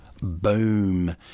boom